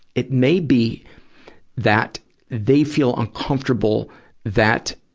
it may be that they feel uncomfortable that,